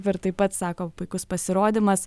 ir taip pat sako puikus pasirodymas